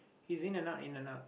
he's in and out in and out